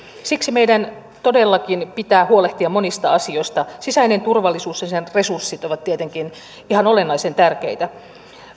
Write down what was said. siksi meidän todellakin pitää huolehtia monista asioista sisäinen turvallisuus ja sen resurssit ovat tietenkin ihan olennaisen tärkeitä